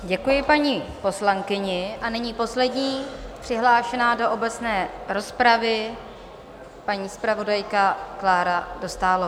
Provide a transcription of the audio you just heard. Děkuji paní poslankyni a nyní poslední přihlášená do obecné rozpravy, paní zpravodajka Klára Dostálová.